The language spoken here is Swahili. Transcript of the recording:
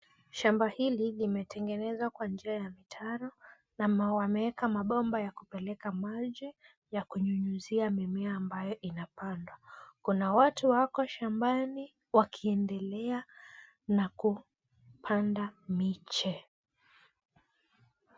Shamba hili limetengenezwa kwa njia ya mitaro, na wameweka mabomba ya kupeleka maji ya kunyunyuzia mimea ambayo inapandwa. Kuna watu wako shambani wakiendelea na kupanda miche.